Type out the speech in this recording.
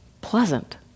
pleasant